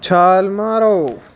ਛਾਲ ਮਾਰੋ